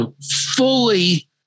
fully